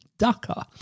Ducker